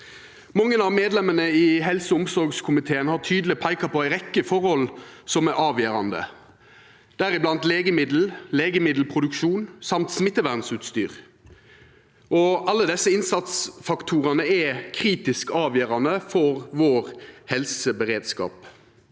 Mange av medlemene i helse- og omsorgskomiteen har tydeleg peika på ei rekkje forhold som er avgjerande, deriblant legemiddel, legemiddelproduksjon og smittevernutstyr. Alle desse innsatsfaktorane er kritisk avgjerande for helseberedskapen